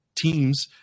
teams